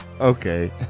Okay